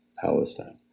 Palestine